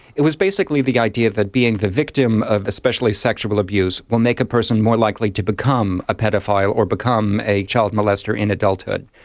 it was basically the idea that being the victim of especially sexual abuse will make a person more likely to become a paedophile or become a child molester in adulthood.